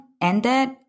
ended